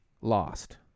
Lost